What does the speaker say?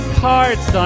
parts